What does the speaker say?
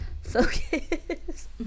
focus